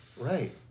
Right